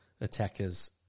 attackers